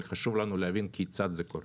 חשוב לנו להבין כיצד זה קורה.